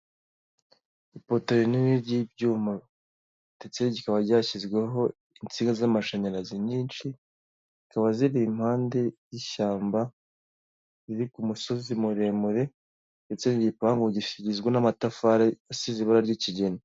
Ipoto rinini ry'ibyuma ndetse kikaba ryashyizweho insinga z'amashanyarazi nyinshi, zikaba ziri impande y'ishyamba riri ku musozi muremure ndetse n'igipangu kigizwe n'amatafari asize ibara ry'ikigina.